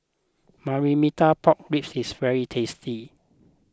Marmite Pork Ribs is very tasty